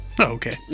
okay